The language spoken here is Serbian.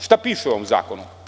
Šta piše u ovom zakonu?